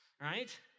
right